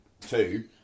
two